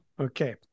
Okay